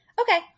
Okay